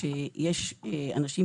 שיש אנשים,